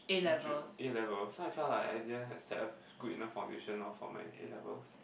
ju~ A-levels like I felt like I didn't had set a good enough foundation lor for my A-levels